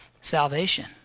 salvation